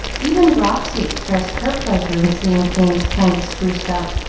even roxy expressed her pleasure in seeing things kind of spruced up,